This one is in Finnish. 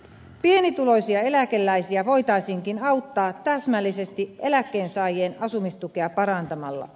pienituloisia eläkeläisiä voitaisiinkin auttaa täsmällisesti eläkkeensaajien asumistukea parantamalla